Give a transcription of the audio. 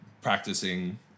practicing